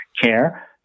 care